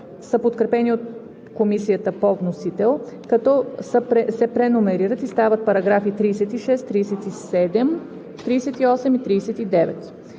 са подкрепени от Комисията по вносител, като се преномерират и стават параграфи 36, 37, 38 и 39.